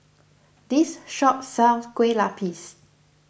this shop sells Kueh Lapis